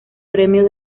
premio